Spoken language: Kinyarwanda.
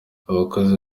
abakozi